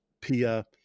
Pia